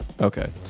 Okay